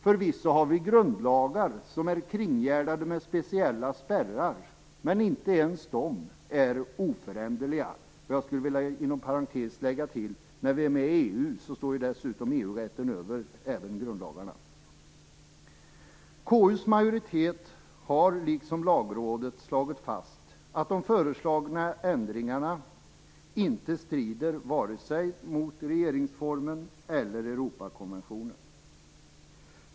Förvisso har vi grundlagar som är kringgärdade med speciella spärrar, men inte ens de är oföränderliga. Inom parentes skulle jag vilja lägga till att när vi är med i EU står dessutom EU-rätten över även grundlagarna. KU:s majoritet har liksom Lagrådet slagit fast att de föreslagna ändringarna inte strider vare sig mot regeringsformen eller Europakonventionen.